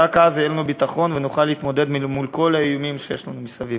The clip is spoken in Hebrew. רק אז יהיה לנו ביטחון ונוכל להתמודד מול כל האיומים שיש לנו מסביב.